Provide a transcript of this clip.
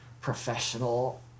professional